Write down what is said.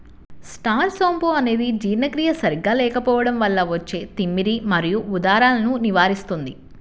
star సోంపు అనేది జీర్ణక్రియ సరిగా లేకపోవడం వల్ల వచ్చే తిమ్మిరి మరియు ఉదరాలను నివారిస్తుంది